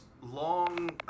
long